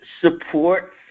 support